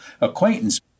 acquaintance